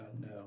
No